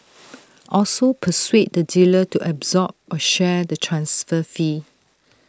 also persuade the dealer to absorb or share the transfer fee